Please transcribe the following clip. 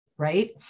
right